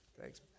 Thanks